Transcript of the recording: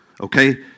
okay